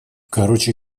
короче